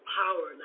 power